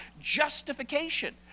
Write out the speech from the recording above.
Justification